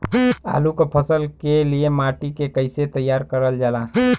आलू क फसल के लिए माटी के कैसे तैयार करल जाला?